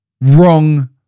wrong